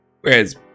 Whereas